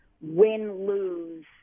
win-lose